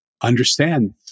understand